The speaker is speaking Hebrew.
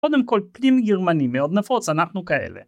קודם כל פנים גרמנים מאוד נפוץ, אנחנו כאלה.